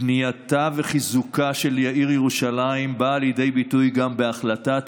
בנייתה וחיזוקה של העיר ירושלים באה לידי ביטוי גם בהחלטת